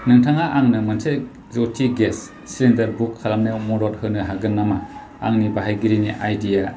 नोंथाङा आंनो मोनसे ज्यति गेस सिलिन्दार बुक खालामनायाव मदद होनो हागोन नामा आंनि बाहायगिरिनि आइडि आ